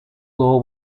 law